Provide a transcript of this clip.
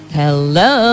hello